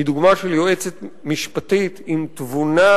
היא דוגמה של יועצת משפטית עם תבונה,